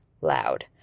loud